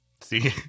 see